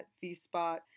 V-Spot